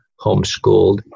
homeschooled